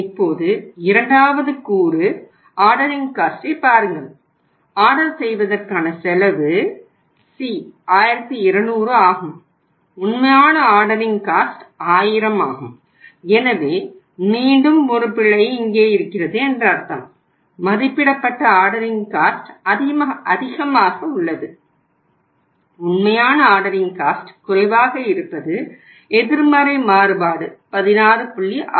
இப்போது இரண்டாவது கூறு ஆர்டரிங் காஸ்டை குறைவாக இருப்பது எதிர்மறை மாறுபாடு 16